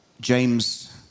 James